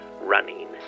running